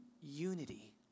unity